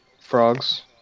frogs